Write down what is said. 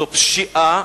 וזה פשיעה,